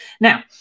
now